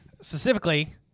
Specifically